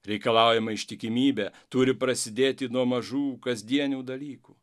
reikalaujama ištikimybė turi prasidėti nuo mažų kasdienių dalykų